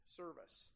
service